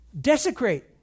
desecrate